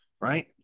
right